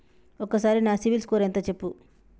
ఒక్కసారి నా సిబిల్ స్కోర్ ఎంత చెప్పు?